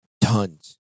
Tons